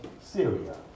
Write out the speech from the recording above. Syria